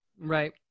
Right